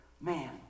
Man